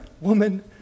woman